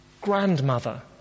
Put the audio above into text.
grandmother